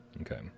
okay